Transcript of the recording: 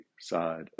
side